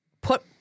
put